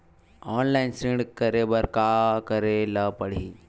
Online ऋण करे बर का करे ल पड़हि?